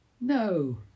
no